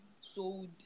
sold